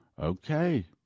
Okay